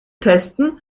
testen